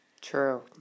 True